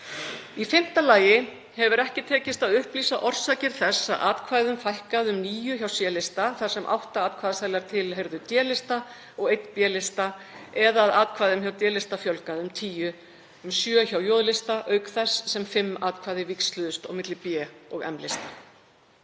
Í fimmta lagi hefur ekki tekist að upplýsa orsakir þess að atkvæðum fækkaði um níu hjá C-lista þar sem átta atkvæðaseðlar tilheyrðu D-lista og einn B-lista eða að atkvæðum hjá D-lista fjölgaði um 10, um sjö hjá J-lista auk þess sem fimm atkvæði víxluðust mill B- og M-lista.